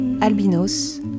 Albinos